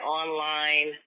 online